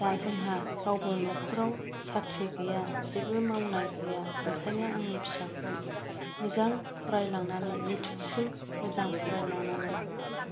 दा जोंहा रावबो न'खराव साख्रि गैया जेबो मावनाय गैया ओंखायनो आंनि फिसाखौ मोजां फरायलांनानै मेट्रिकसिम मोजां फरायलांनानै